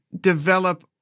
develop